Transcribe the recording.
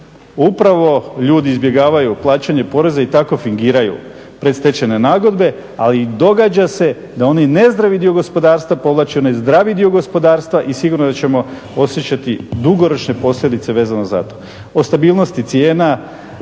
upravo ljudi izbjegavaju plaćanje poreza i tako fingiraju predstečajne nagodbe ali i događa se da oni nezdravi dio gospodarstva povlače onaj zdravi dio gospodarstva i sigurno da ćemo osjećati dugoročne posljedice vezano za to. O stabilnosti cijena